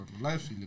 Life